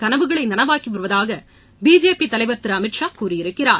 கனவுகளை நனவாக்கி வருவதாக பிஜேபி தலைவர் திரு அமித் ஷா கூறியிருக்கிறார்